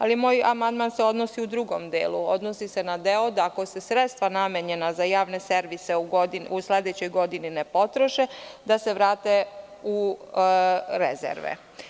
Ali, moj amandman se odnosi na drugi deo, na deo da ako se sredstva namenjena za javne servise u sledećoj godini ne potroše, da se vrate u rezerve.